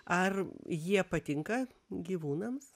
ar jie patinka gyvūnams